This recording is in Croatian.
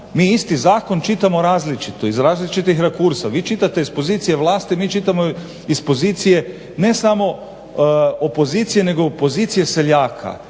mi isti zakon čitamo različito iz različitih rekursa. Vi čitate iz pozicije vlasti mi čitamo iz pozicije ne samo opozicije nego pozicije seljaka